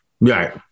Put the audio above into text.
Right